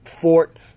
fort